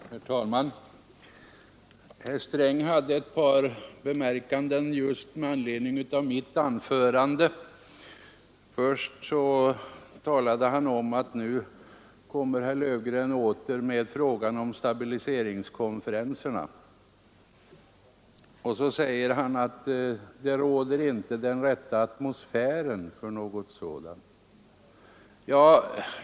Herr talman! Herr Sträng hade ett par anmärkningar just med anledning av mitt anförande. Först talade han om att nu kommer herr Löfgren åter med frågan om stabiliseringskonferenserna, och sedan sade herr Sträng att det råder inte den rätta atmosfären för något sådant.